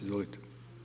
Izvolite.